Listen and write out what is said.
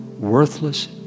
worthless